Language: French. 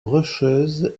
rocheuse